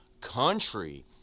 country